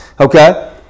Okay